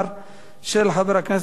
הצעה מס' 8668, של חבר הכנסת נסים זאב.